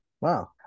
Wow